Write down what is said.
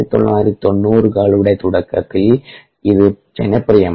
1990കളുടെ തുടക്കത്തിൽ ഇത് ജനപ്രിയമായി